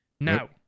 Now